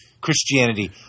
Christianity